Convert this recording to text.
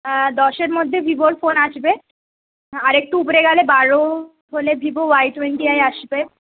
দশের মধ্যে ভিভোর ফোন আসবে আর একটু উপরে গেলে বারো হলে ভিভো ওয়াই টোয়েন্টি আই আসবে